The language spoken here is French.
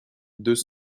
deux